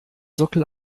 sockel